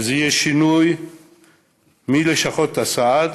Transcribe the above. יהיה שינוי מ"לשכות הסעד"